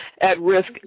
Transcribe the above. at-risk